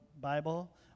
Bible